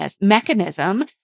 mechanism